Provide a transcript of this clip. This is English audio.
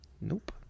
Nope